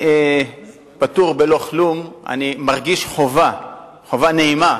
פטור בלא כלום, אני מרגיש חובה נעימה